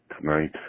tonight